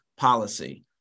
policy